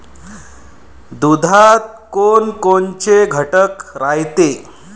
दुधात कोनकोनचे घटक रायते?